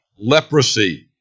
leprosy